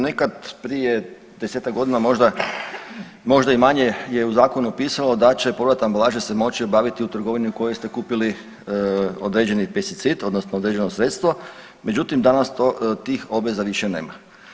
Nekad prije desetak godina možda, možda i manje je u zakonu pisalo da će povrat ambalaže se moći obaviti u trgovini u kojoj ste kupili određeni pesticid, odnosno određeno sredstvo međutim danas tih obveza više nema.